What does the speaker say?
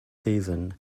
season